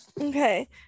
Okay